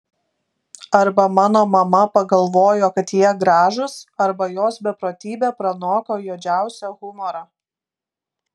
arba mano mama pagalvojo kad jie gražūs arba jos beprotybė pranoko juodžiausią humorą